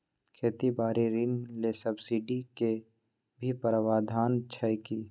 खेती बारी ऋण ले सब्सिडी के भी प्रावधान छै कि?